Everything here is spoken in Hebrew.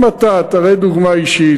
אם אתה תראה דוגמה אישית,